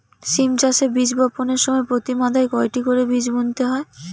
সিম চাষে বীজ বপনের সময় প্রতি মাদায় কয়টি করে বীজ বুনতে হয়?